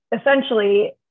Essentially